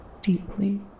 Deeply